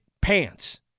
pants